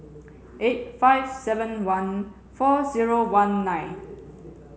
eight five seven one four zero one nine